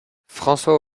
françois